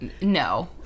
No